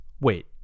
Wait